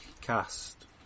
Cast